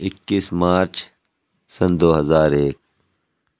اکیس مارچ سنہ دو ہزار ایک